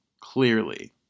clearly